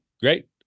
Great